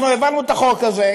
אנחנו העברנו את החוק הזה,